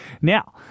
Now